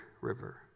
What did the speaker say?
River